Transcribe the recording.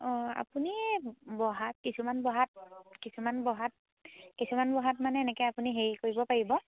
অঁ আপুনি বহাত কিছুমান বহাত কিছুমান বহাত কিছুমান বহাত মানে এনেকৈ আপুনি হেৰি কৰিব পাৰিব